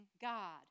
God